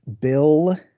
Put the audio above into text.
Bill